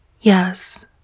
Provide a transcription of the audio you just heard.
Yes